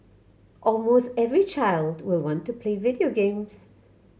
almost every child will want to play video games